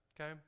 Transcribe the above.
okay